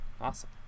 Awesome